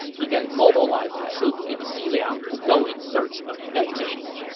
he then mobilized the troops in xiliang to go in search of vengeance.